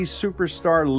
superstar